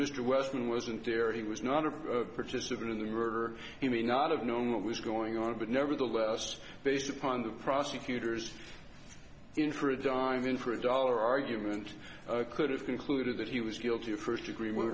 mr weston wasn't there he was not a participant in the murder he may not have known what was going on but nevertheless based upon the prosecutor's in for a dime in for a dollar argument could have concluded that he was guilty of first degree wh